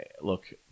look